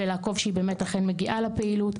ולעקוב שהיא באמת אכן מגיעה לפעילות,